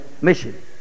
mission